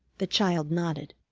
the child nodded